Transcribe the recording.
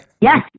Yes